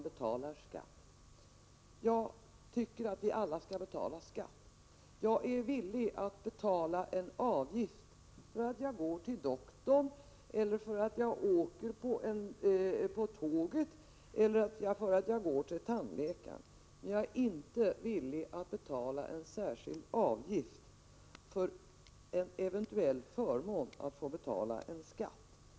Jag tycker att vi alla skall betala skatt. Jag är villig att betala en avgift när jag går till doktorn, när jag reser med tåget eller när jag går till tandläkaren. Men jag 137 är inte villig att betala en särskild avgift för en eventuell förmån att få betala en skatt.